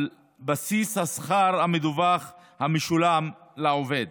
על בסיס השכר המדווח המשולם לעובד,